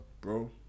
bro